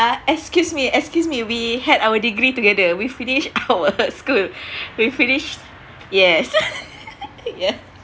uh excuse me excuse me we had our degree together we finish our school we finish yes ya